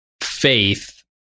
faith